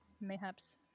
Mayhaps